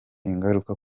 ingaruka